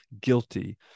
guilty